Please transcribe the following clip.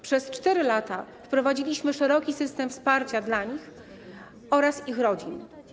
Przez 4 lata wprowadziliśmy szeroki system wsparcia dla nich oraz ich rodzin.